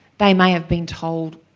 they may have been told,